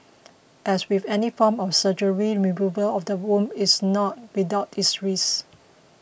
as with any form of surgery removal of the womb is not without its risks